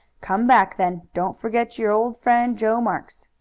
come back then. don't forget your old friend joe marks.